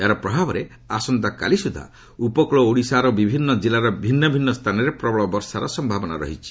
ଏହାର ପ୍ରଭାବରେ ଆସନ୍ତାକାଲି ସୁଦ୍ଧା ଉପକୂଳ ଓଡ଼ିଶାର ବିଭିନ୍ନ ଜିଲ୍ଲାର ଭିନ୍ନ ଭିନ୍ନ ସ୍ଥାନରେ ପ୍ରବଳ ବର୍ଷାର ସମ୍ଭାବନା ରହିଛି